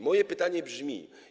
Moje pytanie brzmi: